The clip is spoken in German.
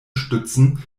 stützen